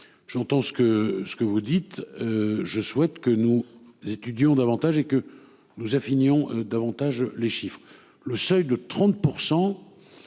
J'entends ce que ce que vous dites. Je souhaite que nous étudions davantage et que nous à Fignon davantage les chiffres. Le seuil de 30%.